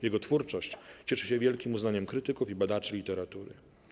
Jego twórczość cieszy się wielkim uznaniem krytyków i badaczy literatury.